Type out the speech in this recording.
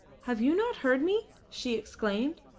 have you not heard me? she exclaimed.